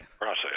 process